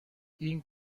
این